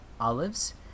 olives